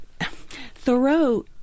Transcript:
Thoreau